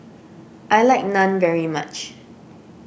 I like Naan very much